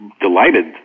delighted